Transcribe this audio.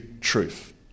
truth